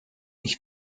ich